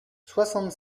soixante